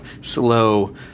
Slow